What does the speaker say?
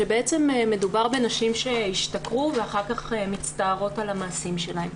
ושמדובר בנשים שהשתכרו ואחר כך מצטערות על המעשים שלהן.